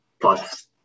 Plus